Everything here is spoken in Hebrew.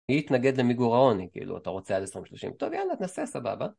מי יתנגד למיגור העוני, כאילו, אתה רוצה עד 20-30, טוב יאללה, תעשה סבבה.